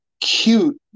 cute